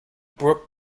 brook